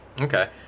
Okay